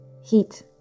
heat